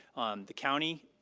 the county,